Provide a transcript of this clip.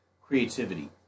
creativity